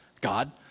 God